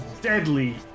deadly